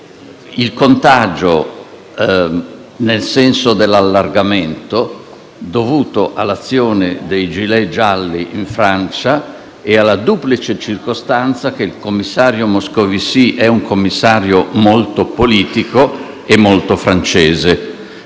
il contagio, nel senso dell'allargamento, dovuto all'azione dei *gilet* gialli in Francia e alla duplice circostanza che il commissario Moscovici è molto politico e molto francese.